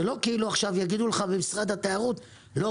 זה לא כאילו יגידו לך עכשיו במשרד התיירות לא,